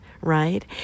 right